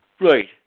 Right